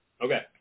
Okay